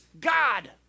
God